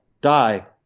die